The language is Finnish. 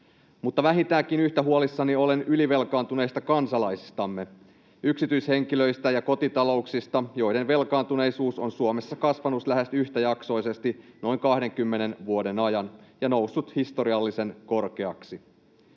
Mutta vähintäänkin yhtä huolissani olen ylivelkaantuneista kansalaisistamme, yksityishenkilöistä ja kotitalouksista, joiden velkaantuneisuus on Suomessa kasvanut lähes yhtäjaksoisesti noin kahdenkymmenen vuoden ajan ja noussut historiallisen korkeaksi.